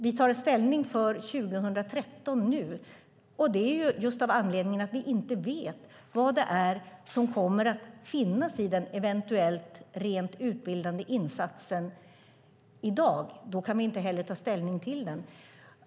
Vi tar nu ställning för insatsen 2013, och det av den anledningen att vi i dag inte vet vad det är som kommer att finnas i den eventuellt rent utbildande insatsen. Då kan vi inte heller ta ställning till den.